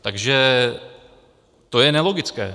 Takže to je nelogické.